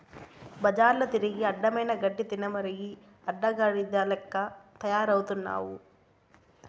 బజార్ల తిరిగి అడ్డమైన గడ్డి తినమరిగి అడ్డగాడిద లెక్క తయారవుతున్నావు